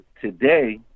today